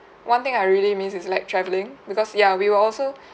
one thing I really miss is like travelling because ya we were also